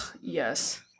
yes